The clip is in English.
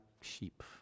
sheep